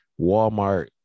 Walmart